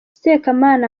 sekamana